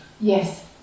Yes